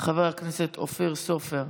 חבר הכנסת אופיר סופר,